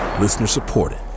Listener-supported